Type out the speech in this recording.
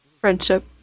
friendship